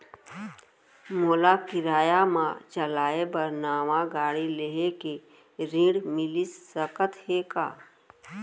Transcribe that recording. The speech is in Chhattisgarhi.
मोला किराया मा चलाए बर नवा गाड़ी लेहे के ऋण मिलिस सकत हे का?